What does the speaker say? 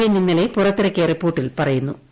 N ഇന്നലെ പുറത്തിറക്കിയ റിപ്പോർട്ടിൽ പദ്യ്യുന്നു്